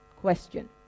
Question